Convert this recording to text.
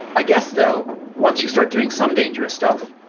i guess though, once you start doing some dangerous stuff,